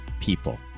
people